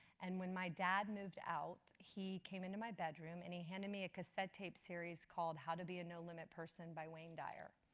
and when my dad moved out, he came into my bedroom and he handed me a cassette tape series called how to be a no-limit person by wayne dyer.